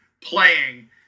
playing